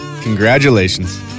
Congratulations